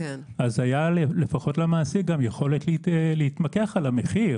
אז למעסיק הייתה לפחות יכולת להתמקח על המחיר.